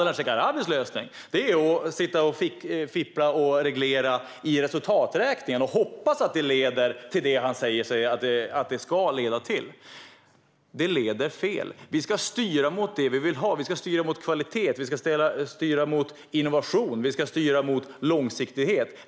Ardalan Shekarabis lösning är att sitta och fippla och reglera i resultaträkningen och hoppas att det leder till det han säger att det ska leda till. Men det leder fel. Vi ska styra mot det vi vill ha. Vi ska styra mot kvalitet. Vi ska styra mot innovation och långsiktighet.